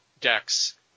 decks